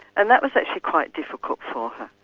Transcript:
and that was actually quite difficult for her.